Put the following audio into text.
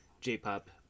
J-pop